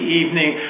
evening